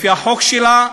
לפי החוק שלה,